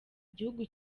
igihugu